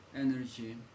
energy